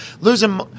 Losing –